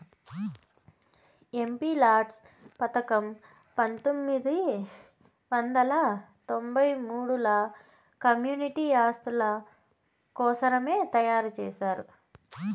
MPLADS పథకం పంతొమ్మిది వందల తొంబై మూడుల కమ్యూనిటీ ఆస్తుల కోసరమే తయారు చేశారు